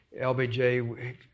LBJ